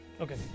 Okay